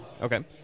okay